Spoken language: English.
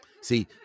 See